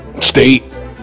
State